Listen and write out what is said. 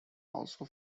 also